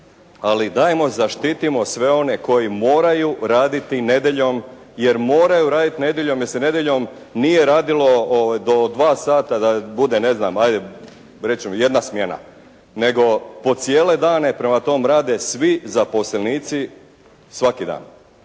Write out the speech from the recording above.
Ali dajmo zaštitimo sve one koji moraju raditi nedjeljom jer moraju raditi nedjeljom jer se nedjeljom nije radilo do 2 sata da bude ne znam, ajde reći ćemo jedna smjena, nego po cijele dane. Prema tome rade svi zaposlenici svaki dan